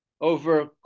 over